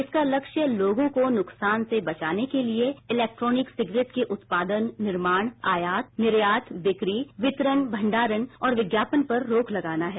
इसका लक्ष्य लोगों को नुकसान से बचाने के लिए इलेक्ट्रॉनिक सिगरेट के उत्पादन निर्माण आयात निर्यात बिक्री वितरण भंडारण और विज्ञापन पर रोक लगाना है